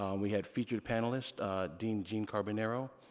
um we had featured panelists dean gene carbonaro,